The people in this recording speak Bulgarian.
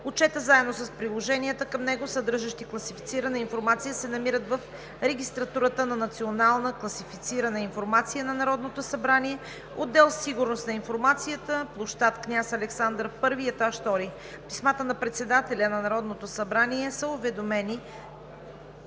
Отчетът, заедно с приложенията към него, съдържащи класифицирана информация, се намират в регистратурата на националната класифицирана информация на Народното събрание, отдел „Сигурност на информацията“, площад „Княз Александър I“, етаж 2-ри. С писмата на председателя на Народното събрание са уведомени